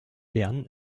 bern